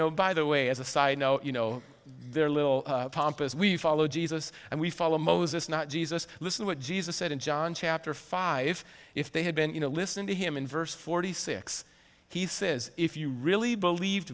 know by the way as a side note you know they're little pompous we follow jesus and we follow moses not jesus listen what jesus said in john chapter five if they had been you know listen to him in verse forty six he says if you really believed